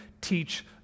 teach